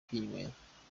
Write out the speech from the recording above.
kwinywera